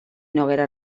noguera